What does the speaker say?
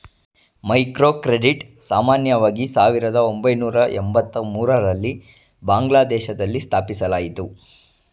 microcredit ಸಾಮಾನ್ಯವಾಗಿ ಸಾವಿರದ ಒಂಬೈನೂರ ಎಂಬತ್ತಮೂರು ರಲ್ಲಿ ಬಾಂಗ್ಲಾದೇಶದಲ್ಲಿ ಸ್ಥಾಪಿಸಲಾಯಿತು